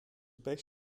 beş